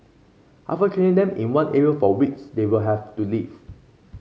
after training them in one area for weeks they will have to leave